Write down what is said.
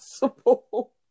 possible